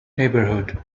neighbourhood